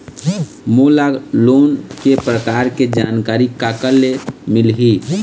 मोला लोन के प्रकार के जानकारी काकर ले मिल ही?